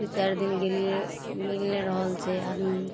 दू चारि दिन गेलियै ओ मिल नहि रहल छै आदमी